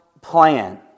plan